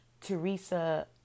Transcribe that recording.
Teresa